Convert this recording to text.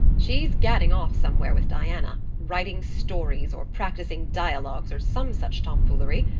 she's gadding off somewhere with diana, writing stories or practicing dialogues or some such tomfoolery,